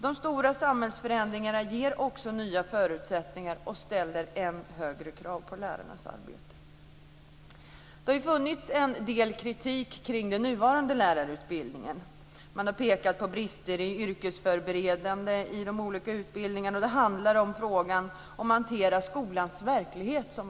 De stora samhällsförändringarna ger nya förutsättningar och ställer än högre krav på lärarnas arbete. Det har riktats en del kritik mot den nuvarande lärarutbildningen. Man har pekat på brister i de olika utbildningarna när det gäller yrkesförberedande. Det handlar om att hantera skolans verklighet.